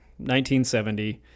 1970